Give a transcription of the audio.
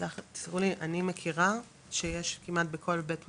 תסלחו לי, אני מכירה שיש כמעט בכל בית משפט,